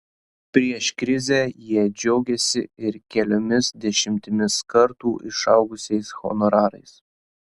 prieš krizę jie džiaugėsi ir keliomis dešimtimis kartų išaugusiais honorarais